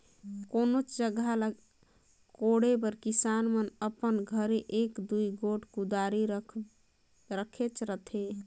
कोनोच जगहा ल कोड़े बर किसान मन अपन घरे एक दूई गोट कुदारी रखेच रहथे